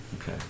Okay